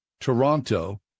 Toronto